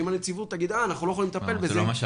ואם הנציבות תגיד: אנחנו לא יכולים לטפל בזה,